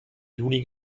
juni